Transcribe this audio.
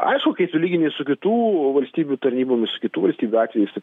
aišku kai sulygini su kitų valstybių tarnybomis kitų valstybių atveju status